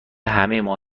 همهما